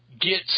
get